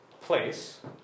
place